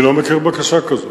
אני לא מכיר בקשה כזאת.